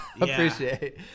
appreciate